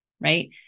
Right